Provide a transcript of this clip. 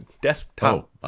desktop